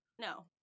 no